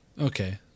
Okay